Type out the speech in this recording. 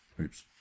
Oops